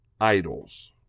idols